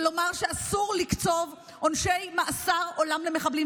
ולומר שאסור לקצוב עונשי מאסר עולם למחבלים.